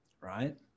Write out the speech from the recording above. right